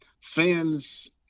fans